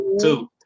Two